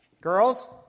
Girls